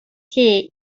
che